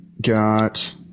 got